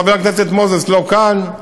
חבר הכנסת מוזס לא כאן,